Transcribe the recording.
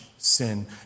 sin